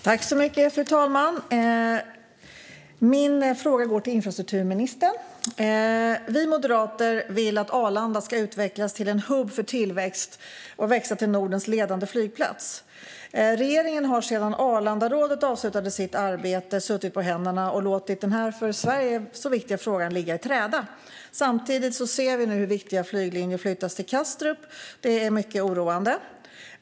Fru talman! Min fråga går till infrastrukturministern. Vi moderater vill att Arlanda ska utvecklas till en hubb för tillväxt och växa till Nordens ledande flygplats. Regeringen har sedan Arlandarådet avslutade sitt arbete suttit på händerna och låtit denna för Sverige så viktiga fråga ligga i träda. Samtidigt ser vi nu hur viktiga flyglinjer flyttas till Kastrup - det är mycket oroande.